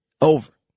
over